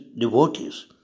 devotees